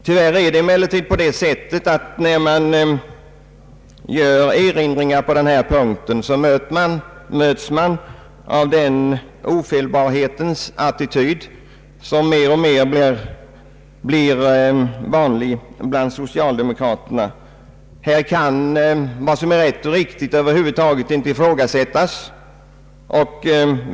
När man gör erinringar på jordbrukspolitikens område möts man, här som på många andra punkter, tyvärr av den ofelbarhetens attityd som blivit mer och mer vanlig bland socialdemokraterna. Man säger: Vad som är rätt och riktigt kan här över huvud taget inte ifrågasättas.